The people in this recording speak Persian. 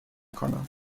کنم